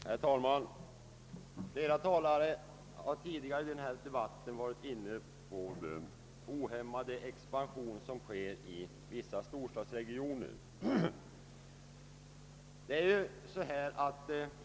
Herr talman! Flera talare har tidigare i denna debatt varit inne på den ohämmade expansionen i vissa stor stadsregioner.